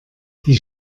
die